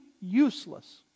useless